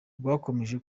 rwakomeje